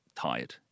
tired